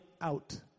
out